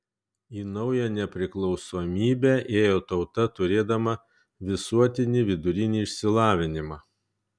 į naują nepriklausomybę ėjo tauta turėdama visuotinį vidurinį išsilavinimą